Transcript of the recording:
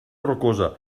rocosa